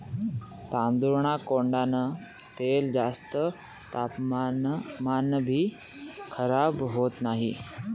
तांदूळना कोंडान तेल जास्त तापमानमाभी खराब होत नही